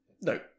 No